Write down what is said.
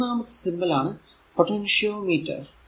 ഈ മൂന്നാമത്തെ സിംബൽ ആണ് പൊട്ടൻഷിയോ മീറ്റർ